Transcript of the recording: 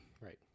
Right